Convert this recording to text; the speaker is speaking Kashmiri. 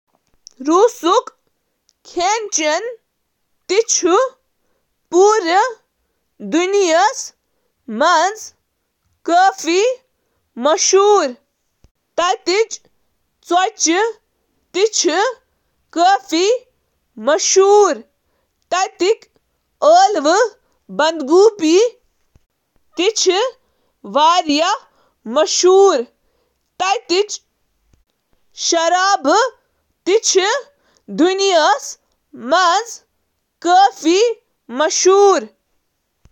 روٗسی ضِیافتن ہُنٛد خُلاصہٕ چُھ سادٕ چیٖزن ہُنٛد مِلِتھ دِلچسپ، یٔڑۍ گرم کھیٚن بناونہٕ خٲطرٕ۔ از چُھ زیادٕہ تر روسی کھین گھریلو پلاٹو پیٹھہٕ یوان۔ موسمی، مقٲمی اجزاء، یتھ کٔنۍ زَن سبزی، مشروم، اناج، سورٕ ماز، گاڈٕ، مرغی، ڈیری تہٕ مقٲمی ماچھ چھِ روسی پلیٹہٕ آباد کران۔